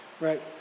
Right